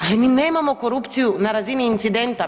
Ali mi nemamo korupciju na razini incidenta.